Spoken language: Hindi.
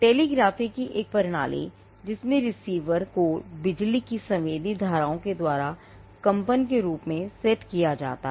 टेलीग्राफी को बिजली की संवेदी धाराओं के द्वारा कंपन के रूप में सेट किया जाता है